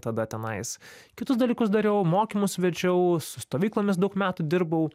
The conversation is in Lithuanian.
tada tenais kitus dalykus dariau mokymus vedžiau su stovyklomis daug metų dirbau